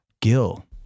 Gil